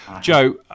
Joe